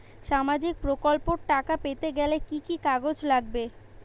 সামাজিক প্রকল্পর টাকা পেতে গেলে কি কি কাগজ লাগবে?